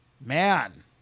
Man